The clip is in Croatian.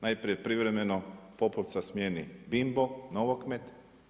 Najprije privremeno Popovca smijeni Bimbo Novokmet.